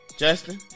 Justin